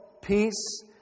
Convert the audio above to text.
peace